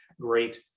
great